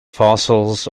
fossils